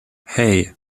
hei